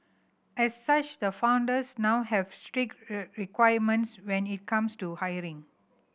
as such the founders now have strict requirements when it comes to hiring